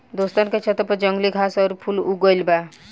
दोस्तन के छतों पर जंगली घास आउर फूल उग गइल बा